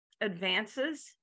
advances